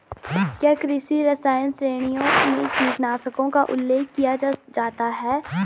क्या कृषि रसायन श्रेणियों में कीटनाशकों का उल्लेख किया जाता है?